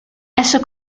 esso